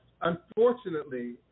unfortunately